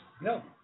No